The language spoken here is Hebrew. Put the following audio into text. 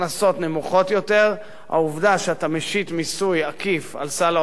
נמוכות יותר העובדה שאתה משית מיסוי עקיף על סל ההוצאות